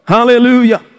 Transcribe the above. Hallelujah